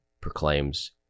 proclaims